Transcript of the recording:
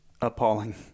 appalling